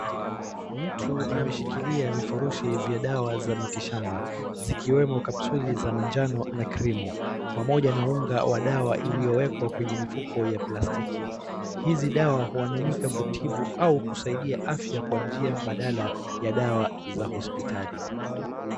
Mtu ameshikilia vifurushi vya dawa za miti shamba zikiwemo kapsuli za manjano na krimu pamoja na unga wa dawa uliowekwa kwenye mifuko ya plastiki. Hizi dawa uaminika kutibu au kusaidia afya kwa njia mbadala ya dawa za hospitali.